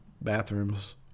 bathrooms